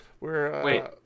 Wait